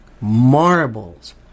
Marbles